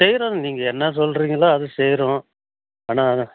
செய்றோங்க நீங்கள் என்ன சொல்லுறீங்களோ அதை செய்யறோம் ஆனால்